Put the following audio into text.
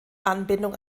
anbindung